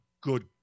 good